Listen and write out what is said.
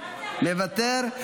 מוותר.